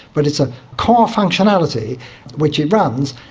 but it's a core functionality which it runs.